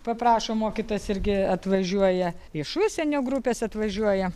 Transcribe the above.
paprašo mokytojas irgi atvažiuoja iš užsienio grupės atvažiuoja